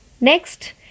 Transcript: Next